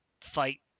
fight